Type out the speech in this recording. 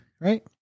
Right